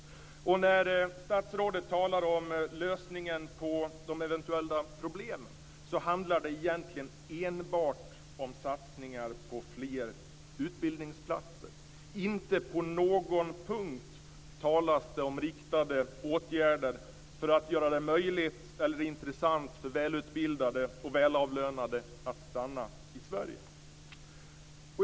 När statsrådet talar om lösningen på de eventuella problemen handlar det egentligen enbart om satsningar på fler utbildningsplatser. Inte på någon punkt talas det om riktade åtgärder för att göra det möjligt eller intressant för välutbildade och välavlönade att stanna i Sverige.